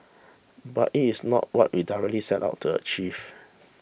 but it is not what we directly set out to achieve